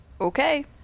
okay